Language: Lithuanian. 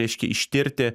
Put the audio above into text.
reiškia ištirti